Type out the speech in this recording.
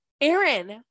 Aaron